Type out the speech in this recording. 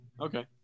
okay